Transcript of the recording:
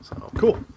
Cool